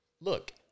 look